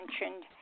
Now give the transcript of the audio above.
mentioned